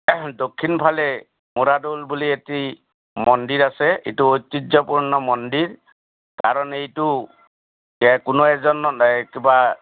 দক্ষিণফালে মূৰাদ'ল বুলি এটি মন্দিৰ আছে এইটো ঐতিহ্যপূৰ্ণ মন্দিৰ কাৰণ এইটো যে কোনো এজন নাই এই কিবা